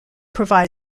provide